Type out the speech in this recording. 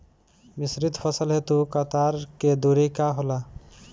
मिश्रित फसल हेतु कतार के दूरी का होला?